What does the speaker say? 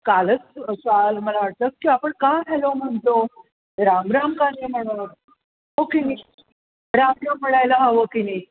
कालच असं आज मला वाटतं आपण का हॅलो म्हणतो रामराम का नाही म्हणत हो की नाही रामराम म्हणायला हवं की नाही